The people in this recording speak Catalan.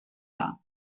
hora